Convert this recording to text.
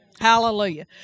Hallelujah